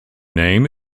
name